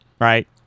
right